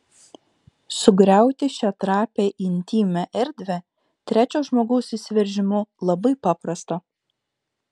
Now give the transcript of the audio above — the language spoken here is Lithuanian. sugriauti šią trapią intymią erdvę trečio žmogaus įsiveržimu labai paprasta